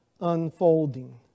unfolding